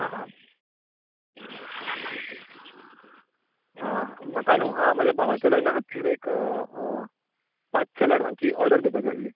हां हां म्हाका नू म्हज्या भावाच्या लग्ना खातीर एक पांचशें लाडवांची ऑर्डर दिवपाची आसली